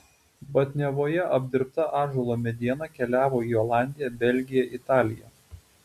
batniavoje apdirbta ąžuolo mediena keliavo į olandiją belgiją italiją